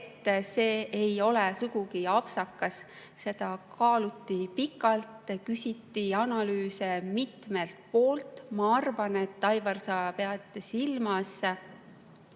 et see ei ole sugugi apsakas. Seda kaaluti pikalt ja küsiti analüüse mitmelt poolt. Ma arvan, Aivar, et sa pead silmas